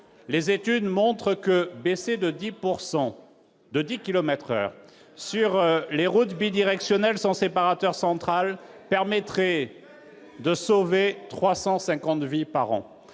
Les études montrent que baisser de 10 kilomètres par heure la vitesse sur les routes bidirectionnelles sans séparateur central permettrait de sauver 350 vies par an.